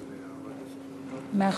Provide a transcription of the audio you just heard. מעכשיו.